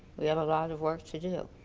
we have a lot of work to do.